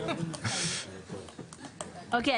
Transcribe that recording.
אוקיי.